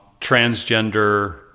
transgender